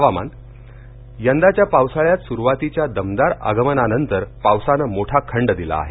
हवामान voice cast यंदाच्या पावसाळ्यात सुरुवातीच्या दमदार आगमनानंतर पावसानं मोठा खंड दिला आहे